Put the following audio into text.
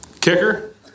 kicker